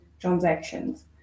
transactions